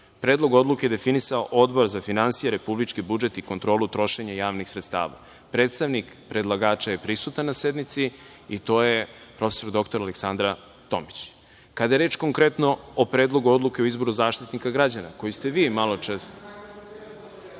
Predlog odluke je definisao Odbor za finansije, republički budžet i kontrolu trošenja javnih sredstava. Predstavnik predlagača je prisutan na sednici, i to je prof. dr Aleksandra Tomić. Kada je konkretno reč o Predlogu odluke o izboru Zaštitnika građana, koji ste vi maločas